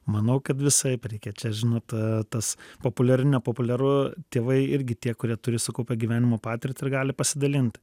manau kad visai reikia čia žinot tas populiari nepopuliaru tėvai irgi tie kurie turi sukaupę gyvenimo patirtį ir gali pasidalint